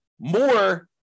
more